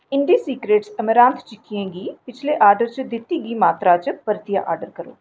IndiSecrets amaranth चिक्कियें गी पिछले आर्डर च दित्ती दी मात्तरा च परतियै आर्डर करो